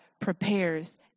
prepares